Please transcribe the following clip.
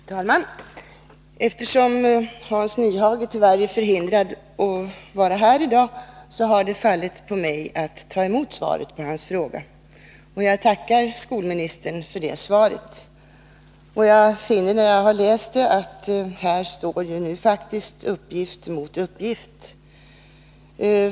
Fru talman! Eftersom Hans Nyhage tyvärr är förhindrad att vara här i dag har det fallit på mig att ta emot svaret på hans fråga. Jag tackar skolministern för detta svar. När jag har läst det finner jag att här står faktiskt uppgift mot uppgift.